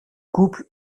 couple